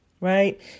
right